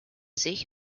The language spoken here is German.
sich